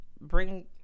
Bring